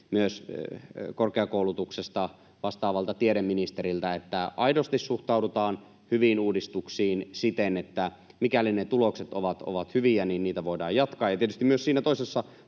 myös korkeakoulutuksesta vastaavalta tiedeministeriltä, että aidosti suhtaudutaan hyviin uudistuksiin siten, että mikäli ne tulokset ovat hyviä, niin niitä voidaan jatkaa, ja tietysti myös siinä toisessa